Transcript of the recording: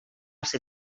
ser